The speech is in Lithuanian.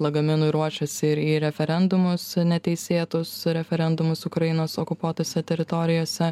lagaminui ruošėsi ir į referendumus neteisėtus referendumus ukrainos okupuotose teritorijose